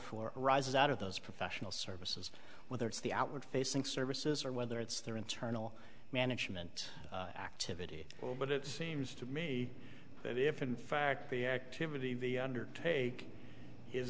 for rises out of those professional services whether it's the outward facing services or whether it's their internal management activity well but it seems to me that if in fact the activity the undertake is